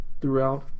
throughout